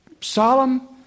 solemn